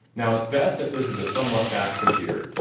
now it's best if this is a somewhat fast computer,